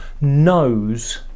knows